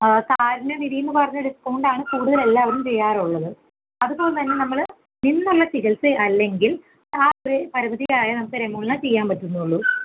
കാരുണ്യ നിഥി എന്ന് പറഞ്ഞ ഡിസ്കൗണ്ട് ആണ് കൂടുതൽ എല്ലാവരും ചെയ്യാറുള്ളത് അതുപോലെ തന്നെ നമ്മൾ നിന്നുള്ള ചികിത്സ അല്ലെങ്കിൽ ആ ഒരു പരിമിതിയായ ആ ഒരു എമൗണ്ടിലേ ചെയ്യാൻ പറ്റുന്നുളളൂ